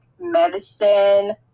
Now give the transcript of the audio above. medicine